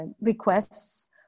requests